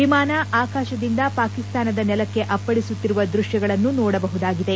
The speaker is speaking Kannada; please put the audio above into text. ವಿಮಾನ ಆಕಾಶದಿಂದ ಪಾಕಿಸ್ತಾನದ ನೆಲಕ್ಕೆ ಅಪ್ಪಳಿಸುತ್ತಿರುವ ದ್ವತ್ಗಳನ್ನು ನೋಡಬಹುದಾಗಿದೆ